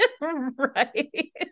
right